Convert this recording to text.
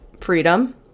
freedom